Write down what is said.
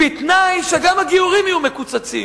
בתנאי שגם הגיורים יהיו מקוצצים.